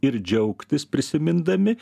ir džiaugtis prisimindami